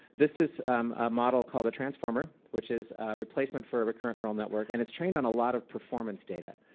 this is a model called a transformer, which is replacements for a recurrentes neural network, and it's trained on a lot of performance data.